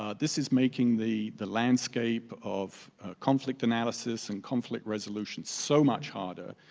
um this is making the the landscape of conflict analysis and conflict resolution so much harder,